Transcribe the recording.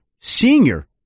senior